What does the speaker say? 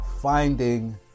Finding